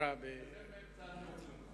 באמצע הנאום.